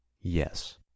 Yes